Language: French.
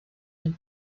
une